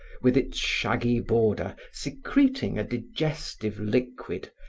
with its shaggy border, secreting a digestive liquid,